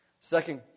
Second